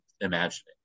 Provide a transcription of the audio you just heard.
imagining